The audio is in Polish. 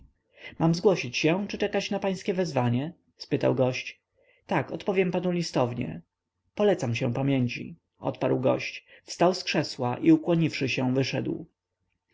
mam zgłosić się czy czekać na pańskie wezwanie spytał gość tak odpowiem panu listownie polecam się pamięci odparł gość wstał z krzesła i ukłoniwszy się wyszedł